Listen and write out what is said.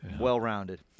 Well-rounded